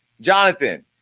Jonathan